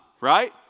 right